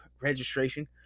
Registration